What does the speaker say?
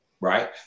right